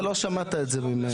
אתה לא שמעת את זה ממני.